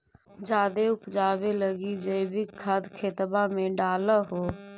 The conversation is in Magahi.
जायदे उपजाबे लगी जैवीक खाद खेतबा मे डाल हो?